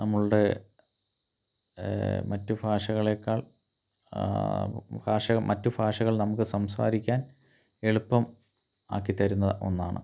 നമ്മളുടെ മറ്റ് ഭാഷകളേക്കാൾ ഭാഷ മറ്റു നമുക്ക് സംസാരിക്കാൻ എളുപ്പം ആക്കി തരുന്ന ഒന്നാണ്